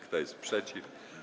Kto jest przeciw?